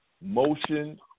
Motion